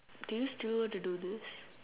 do you still want to do this